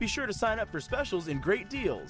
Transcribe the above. be sure to sign up for specials in great deal